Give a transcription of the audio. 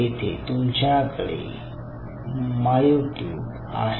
येते तुमच्याकडे मायोट्यूब आहे